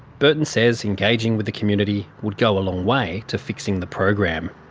burton says engaging with the community would go a long way to fixing the program.